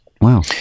Wow